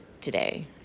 today